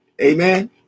Amen